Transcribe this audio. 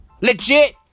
Legit